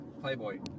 playboy